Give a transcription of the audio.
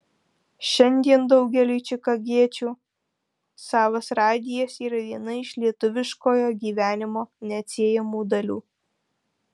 šiandien daugeliui čikagiečių savas radijas yra viena iš lietuviškojo gyvenimo neatsiejamų dalių